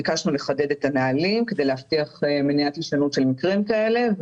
ביקשנו לחדד את הנהלים כדי להבטיח מניעת הישנות של מקרים כאלה,